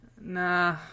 Nah